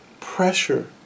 pressure